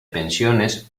pensiones